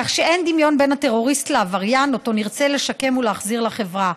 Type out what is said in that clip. כך שאין דמיון בין הטרוריסט לעבריין שאותו נרצה לשקם ולהחזיר לחברה.